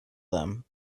them